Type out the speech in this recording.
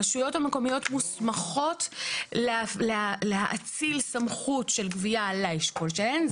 הרשויות המקומיות מוסמכות להאציל סמכות של גבייה לאשכול שלהם.